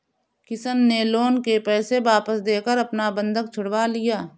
किशन ने लोन के पैसे वापस देकर अपना बंधक छुड़वा लिया